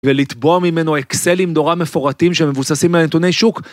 ולתבוע ממנו אקסלים נורא מפורטים שמבוססים על נתוני שוק